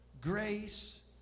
grace